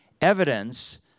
evidence